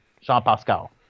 Jean-Pascal